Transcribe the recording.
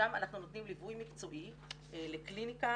שם אנחנו נותנים ליווי מקצועי לקליניקה